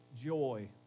joy